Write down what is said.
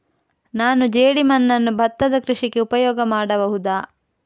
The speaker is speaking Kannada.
ನಾನು ಜೇಡಿಮಣ್ಣನ್ನು ಭತ್ತದ ಕೃಷಿಗೆ ಉಪಯೋಗ ಮಾಡಬಹುದಾ?